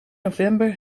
november